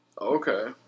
Okay